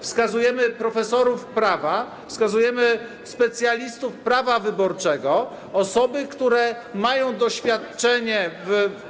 wskazujemy profesorów prawa, wskazujemy specjalistów z zakresu prawa wyborczego, osoby, które mają doświadczenie w.